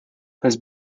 his